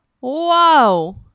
wow